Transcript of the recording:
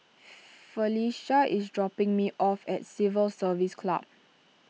Phylicia is dropping me off at Civil Service Club